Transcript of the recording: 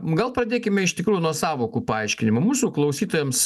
gal pradėkime iš tikrųjų nuo sąvokų paaiškinimo mūsų klausytojams